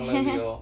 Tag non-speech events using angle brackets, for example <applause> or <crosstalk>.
<laughs>